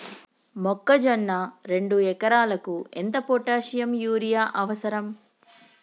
మొక్కజొన్న రెండు ఎకరాలకు ఎంత పొటాషియం యూరియా అవసరం?